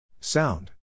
Sound